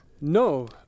No